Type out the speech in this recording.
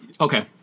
Okay